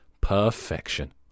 Perfection